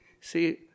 see